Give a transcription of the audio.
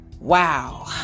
Wow